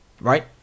Right